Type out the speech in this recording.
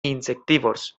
insectívors